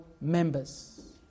members